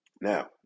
Now